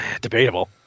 Debatable